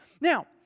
Now